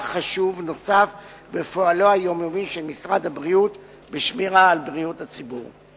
חשוב נוסף בפועלו היומיומי של משרד הבריאות בשמירה על בריאות הציבור.